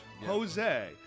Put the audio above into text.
Jose